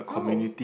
go